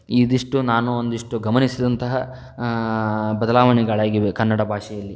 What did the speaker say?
ಇದಿಷ್ಟು ನಾನು ಒಂದಿಷ್ಟು ಗಮನಿಸಿದಂತಹ ಬದಲಾವಣೆಗಳಾಗಿವೆ ಕನ್ನಡ ಭಾಷೆಯಲ್ಲಿ